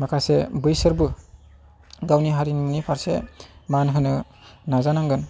माखासे बैसोरबो गावनि हारिमुनि फारसे मानहोनो नाजानांगोन